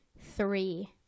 three